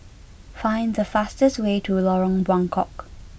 find the fastest way to Lorong Buangkok